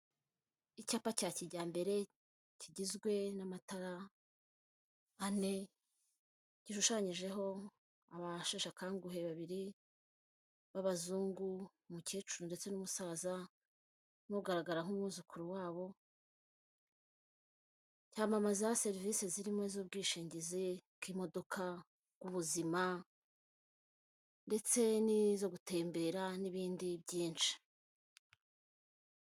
Icyapa cya kijyambere kigizwe n'amatara ane, girushanyijeho abasheshe akanguhe babiri b'abazungu, umukecuru ndetse n'umusaza n'ugaragara nk'umwuzukuru wabo, cyamamaza serivise zirimo iz'ubwishingizi bw'imodoka, ubuzima ndetse n'izo gutembera n'ibindi byinshi.